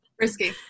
Risky